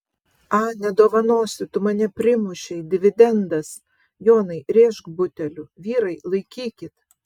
a nedovanosiu tu mane primušei dividendas jonai rėžk buteliu vyrai laikykit